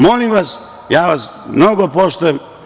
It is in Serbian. Molim vas, ja vas mnogo poštujem.